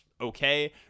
okay